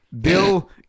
Bill